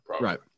Right